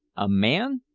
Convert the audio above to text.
a man!